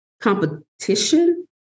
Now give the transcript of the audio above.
competition